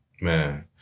Man